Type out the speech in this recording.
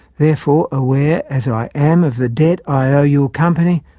therefore, aware as i am of the debt i owe your company,